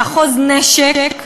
לאחוז נשק,